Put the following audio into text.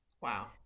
Wow